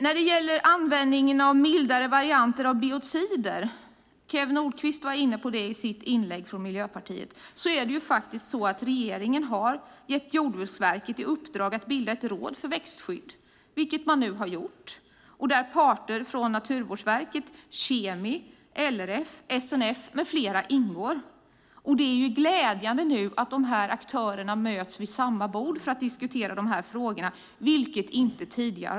När det gäller användningen av mildare varianter av biocider, som Kew Nordqvist från Miljöpartiet var inne på i sitt inlägg, är det så att regeringen har gett Jordbruksverket i uppdrag att bilda ett råd för växtskydd, vilket man nu har gjort. Där ingår parter från Naturvårdsverket, KemI, LRF, SNF med flera. Det är glädjande att dessa aktörer nu möts vid samma bord för att diskutera dessa frågor, vilket inte har skett tidigare.